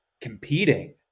competing